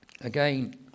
again